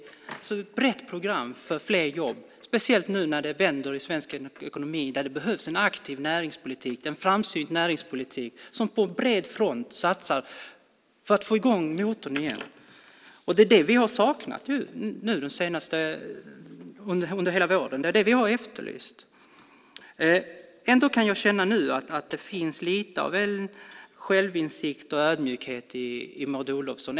Det är ett brett program för fler jobb, speciellt nu när det vänder i svensk ekonomi och det behövs en aktiv och framsynt näringspolitik som på bred front satsar för att få i gång motorn igen. Vi har saknat detta under hela våren, och det är det vi har efterlyst. Ändå kan jag nu känna att det finns lite av självinsikt och ödmjukhet hos Maud Olofsson.